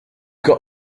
got